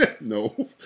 no